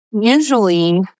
Usually